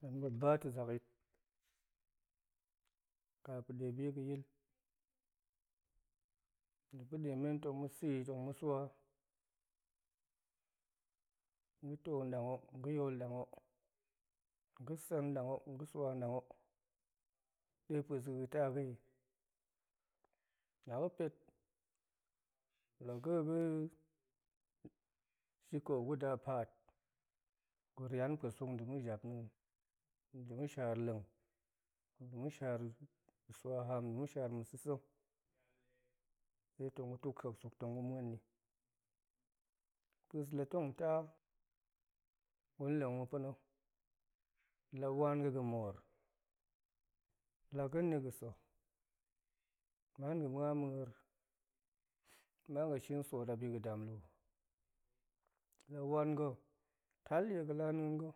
Hen ɓop ba to zak yit ka pa̱ de bi ga̱de ga̱yil, de pa̱ demen tong ma̱ sa̱i tong ma̱ swa, ga̱ to dang o ga̱ yol dang o ga̱ sa̱ dang o ga̱ swa dang o de pus ga̱ga̱ ta ga̱i la ga̱ pet la̱ ga̱ shi ƙau kuda paat gu rian pa̱ suk de ma̱ jap nien dema̱ shar leng dema̱ shar haam dema̱ shar ma̱ sa̱sa̱ detong gu took ƙa̱a̱k suk tong gu muani pus la tong taa gu leng ma̱ pa̱na̱ la wan ga̱ ga̱moor la ga̱ni ga̱ sa̱ man ga̱ muan mur man ga̱ shin soot abi ga̱ dam luu, la wan ga̱ tel die ga̱lanien ga̱,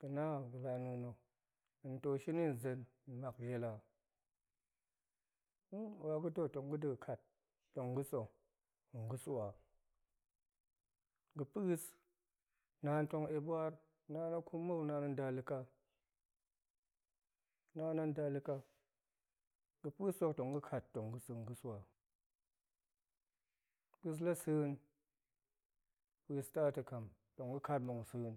ga̱na ga̱lanien na̱ hen to shini nzen mak jela waga̱do tong ga̱doga̱ kat tong ga̱ sa̱ tong ga̱ swa ga puis naan tong epwar, naan akum mou naan an nda leka naan an nda leka ga̱ puis hok tong ga̱ kat tong ga̱ sa̱ tong ga̱ swa puis la sa̱a̱n puis ta to kam tong ga̱ kat muk sa̱a̱n,